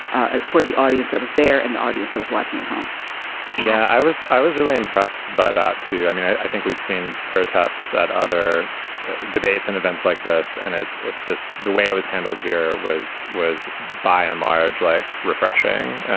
as for the audience that was there and the audience i was watching at home yeah i was i was really impressed by that too. i mean i think we've seen protests at other debates and events like this and it's it's just the way it was handled here was was by and large like refreshing.